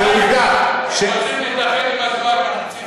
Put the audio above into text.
כולם מוזמנים.